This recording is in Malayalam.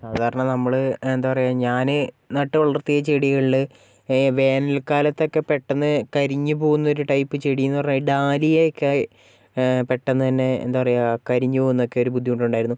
സാധാരണ നമ്മള് എന്താണ് പറയുക ഞാന് നട്ടുവളർത്തിയ ചെടികളില് വേനൽക്കാലത്തൊക്കെ പെട്ടെന്ന് കരിഞ്ഞുപോകുന്നൊരു ടൈപ്പ് ചെടിയെന്ന് പറഞ്ഞാല് ഡാലിയയൊക്കെ പെട്ടെന്ന് തന്നെ എന്താണ് പറയുക കരിഞ്ഞുപോകുന്നതൊക്കെ ഒരു ബുദ്ധിമുട്ടുണ്ടായിരുന്നു